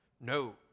no